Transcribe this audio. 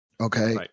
Okay